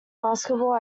basketball